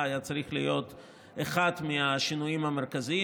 היה צריך להיות אחד מהשינויים המרכזיים.